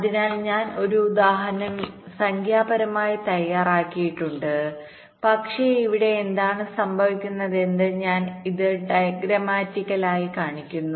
അതിനാൽ ഞാൻ ഒരു ഉദാഹരണം സംഖ്യാപരമായി തയ്യാറാക്കിയിട്ടുണ്ട് പക്ഷേ ഇവിടെ എന്താണ് സംഭവിക്കുന്നതെന്ന് ഞാൻ ഇത് ഡയഗ്രാമാറ്റിക്കലായി കാണിക്കുന്നു